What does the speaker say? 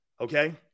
Okay